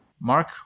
mark